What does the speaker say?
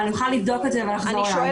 אבל אני יכולה לבדוק את זה ולחזור אליך.